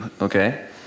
okay